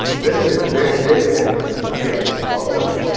then they they may make losses